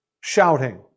Shouting